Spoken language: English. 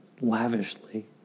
lavishly